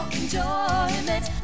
enjoyment